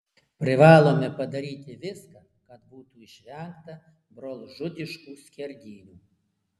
privalome padaryti viską kad būtų išvengta brolžudiškų skerdynių